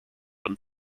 und